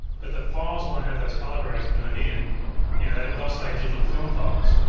but the files won't have those color grades burned in you know they'll stay digital film files,